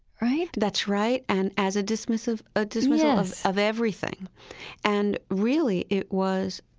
right? that's right, and as a dismissal of ah dismissal of everything and, really, it was,